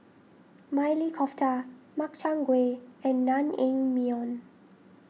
Maili Kofta Makchang Gui and Naengmyeon